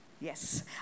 Yes